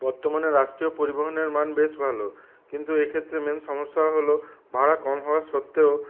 বর্তমানে রাষ্ট্রীয় পরিবহনের মান বেশ ভালো কিন্তু এক্ষেত্রে মেন সমস্যা হল ভাড়া কম হওয়ার সত্ত্বেও